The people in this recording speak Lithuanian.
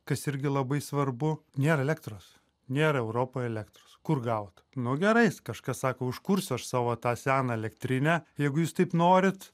kas irgi labai svarbu nėr elektros nėr europoj elektros kur gauti nu gerais kažkas sako užkursiu aš savo tą seną elektrinę jeigu jūs taip norit